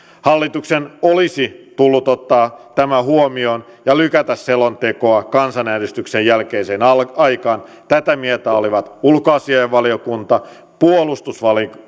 hallituksen olisi tullut ottaa tämä huomioon ja lykätä selontekoa kansanäänestyksen jälkeiseen aikaan tätä mieltä olivat ulkoasiainvaliokunta puolustusvaliokunta